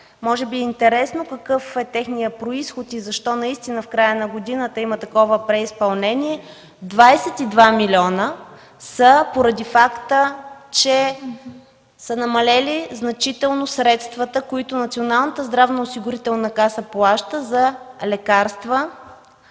може би е интересно какъв е техният произход и защо наистина в края на годината има такова преизпълнение. Двадесет и два милиона са поради факта, че са намалели значително средствата, които Националната здравноосигурителна каса плаща за лекарства